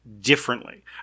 differently